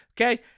Okay